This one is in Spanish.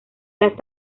las